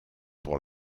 pour